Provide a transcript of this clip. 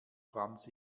franz